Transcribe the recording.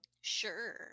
Sure